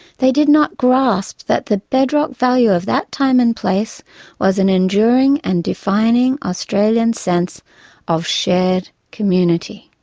they did not grasp that the bedrock value of that time and place was an enduring and defining australian sense of shared community.